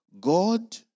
God